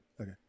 okay